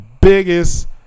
biggest